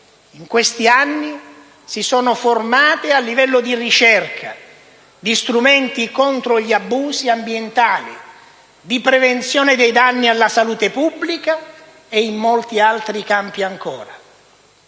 in questi anni, si sono formate a livello di ricerca, di strumenti contro gli abusi ambientali, di prevenzione dei danni alla salute pubblica e in molti altri campi ancora.